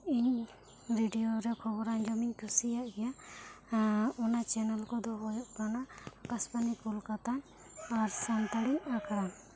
ᱤᱧ ᱨᱮᱰᱤᱭᱚ ᱨᱮ ᱠᱷᱚᱵᱚᱨ ᱟᱸᱡᱚᱢ ᱤᱧ ᱠᱩᱥᱤᱭᱟᱜ ᱜᱮᱭᱟ ᱚᱱᱟ ᱪᱮᱱᱮᱞ ᱠᱚᱫᱚ ᱦᱩᱭᱩᱜ ᱠᱟᱱᱟ ᱟᱠᱟᱥᱵᱟᱱᱤ ᱠᱳᱞᱠᱟᱛᱟ ᱟᱨ ᱥᱟᱱᱛᱟᱲᱤ ᱟᱠᱷᱲᱟ